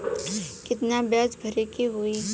कितना ब्याज भरे के होई?